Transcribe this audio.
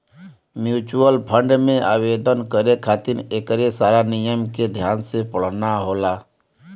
mutual fund में आवेदन करे खातिर एकरे सारा नियम के ध्यान से पढ़ना होला